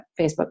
Facebook